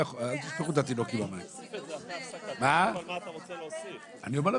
מתווספים הרבה מאוד אנשים שכרגע מופלים לרעה ואני מתכוונת